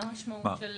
מה המשמעות של